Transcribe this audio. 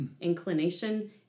inclination